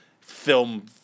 Film